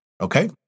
Okay